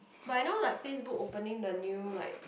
but now like Facebook opening the new like